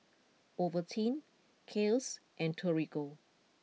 Ovaltine Kiehl's and Torigo